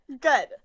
good